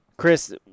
Chris